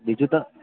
બીજું તો